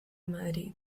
madrid